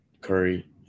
Curry